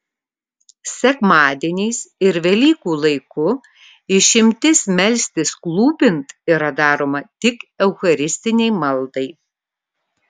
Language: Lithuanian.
sekmadieniais ir velykų laiku išimtis melstis klūpint yra daroma tik eucharistinei maldai